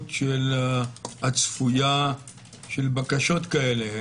התכיפות הצפויה של בקשות כאלה.